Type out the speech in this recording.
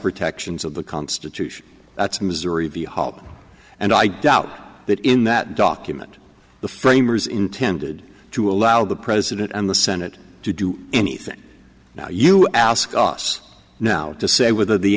protections of the constitution that's missouri v hope and i doubt that in that document the framers intended to allow the president and the senate to do anything now you ask us now to say whether the